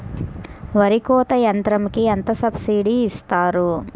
వరి కోత యంత్రంకి ఎంత సబ్సిడీ ఇస్తారు?